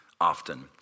often